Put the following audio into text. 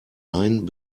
ein